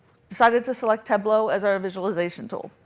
decided to select tableau as our visualization tool.